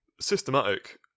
Systematic